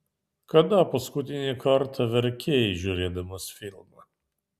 kada paskutinį kartą verkei žiūrėdamas filmą